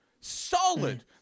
Solid